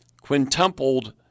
quintupled